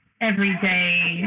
everyday